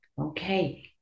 Okay